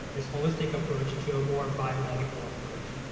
this holistic approach to a more biomedical approach.